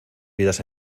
vidas